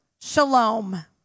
shalom